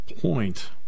point